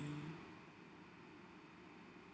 mm